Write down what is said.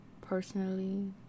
personally